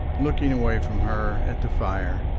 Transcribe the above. looking away from her at the fire,